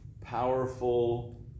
powerful